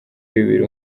bibiri